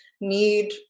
need